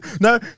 No